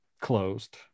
closed